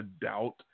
doubt